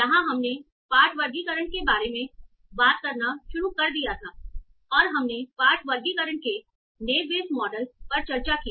यहां हमने पाठ वर्गीकरण के बारे में बात करना शुरू कर दिया था और हमने पाठ वर्गीकरण के नेव बेयस मॉडल पर चर्चा की